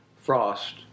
frost